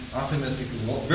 optimistic